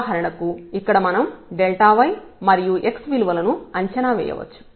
ఉదాహరణకు ఇక్కడ మనం y మరియు x విలువలను అంచనా వేయవచ్చు